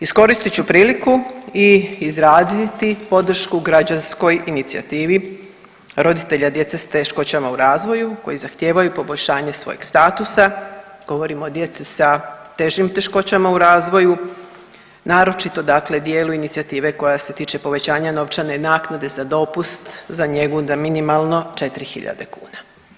Iskoristit ću priliku i izraziti podršku građanskoj inicijativi roditelja djece s teškoćama u razvoju koji zahtijevaju poboljšanje svojeg statusa, govorim o djeci sa težim teškoćama u razvoju, naročito dakle dijelu inicijative koja se tiče povećanja novčane naknade za dopust za njegu da minimalno 4 hiljade kuna.